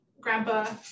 grandpa